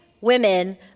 women